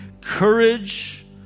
courage